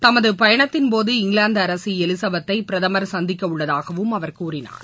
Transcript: தமது பயணத்தின் போது இங்கிலாந்து அரசி எலிசபெத்தை பிரதமர் சந்திக்கவுள்ளதாகவும் அவர் கூறினார்